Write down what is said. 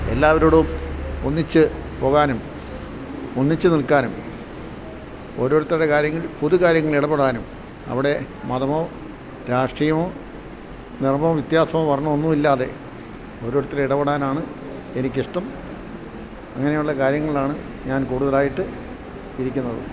എല്ലാവരോടും ഒന്നിച്ച് പോകാനും ഒന്നിച്ച് നിൽക്കാനും ഓരോരുത്തരുടെ കാര്യങ്ങൾ പൊതു കാര്യങ്ങൾ ഇടപടാനും അവിടെ മതമോ രാഷ്ട്രീയമോ നിറമോ വ്യത്യാസോ വർണമോ ഒന്നും ഇല്ലാതെ ഓരോരുത്തരെ ഇടപടാനാണ് എനിക്കിഷ്ടം അങ്ങനെയുള്ള കാര്യങ്ങളാണ് ഞാൻ കൂടുതലായിട്ട് ഇരിക്കുന്നത്